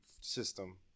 system